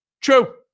True